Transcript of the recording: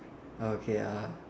okay uh